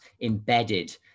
embedded